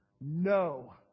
No